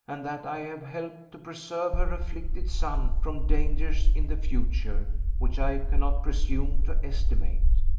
and that i have helped to preserve her afflicted son from dangers in the future which i cannot presume to estimate.